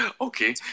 Okay